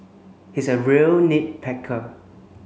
he is a real nit